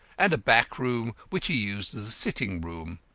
and a back room which he used as a sitting-room.